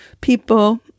people